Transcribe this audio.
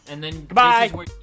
Goodbye